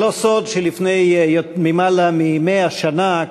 זה לא סוד שלפני יותר מ-100 שנה,